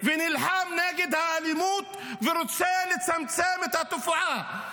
ונלחם נגד האלימות ורוצה לצמצם את התופעה.